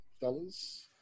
fellas